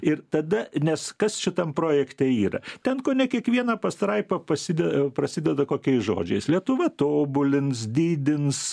ir tada nes kas šitam projekte yra ten kone kiekviena pastraipa paside prasideda kokiais žodžiais lietuva tobulins didins